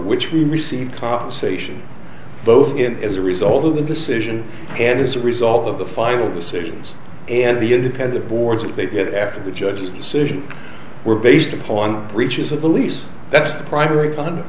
which he received compensation both as a result of the decision and as a result of the final decisions and the independent board that they get after the judge's decision were based upon breaches of the lease that's the primary